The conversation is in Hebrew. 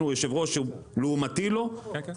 איתי עצמון,